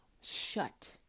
Shut